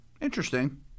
Interesting